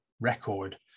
record